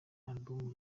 album